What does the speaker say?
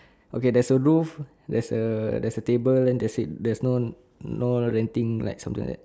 okay there's a roof there's a there's a table then that's it there's no no renting like something like that